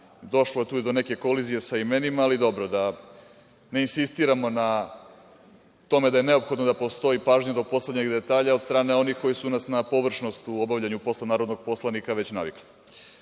Došlo je tu do neke kolizije sa imenima, ali dobro, da ne insistiramo na tome da je neophodno da postoji pažnja do poslednjeg detalja od strane onih koji su nas na površnost u obavljanju poslanika navikli. Ono